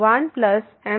तो यह m21 m23है